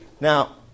Now